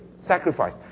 sacrifice